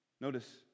Notice